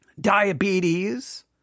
diabetes